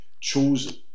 chosen